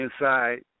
inside